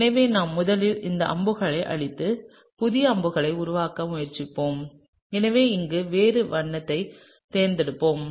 எனவே நாம் முதலில் இந்த அம்புகளை அழித்து புதிய அம்புகளை உருவாக்க முயற்சிப்போம் எனவே இங்கே வேறு வண்ணத்தைத் தேர்ந்தெடுப்போம்